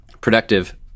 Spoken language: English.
productive